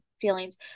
feelings